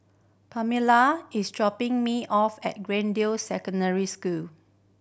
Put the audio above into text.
Pamella is dropping me off at Greendale Secondary School